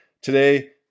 Today